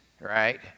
right